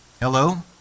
hello